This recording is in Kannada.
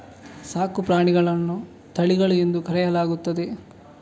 ಸಾಕು ಪ್ರಾಣಿಗಳನ್ನು ತಳಿಗಳು ಎಂದು ಕರೆಯಲಾಗುತ್ತದೆ